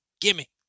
Gimme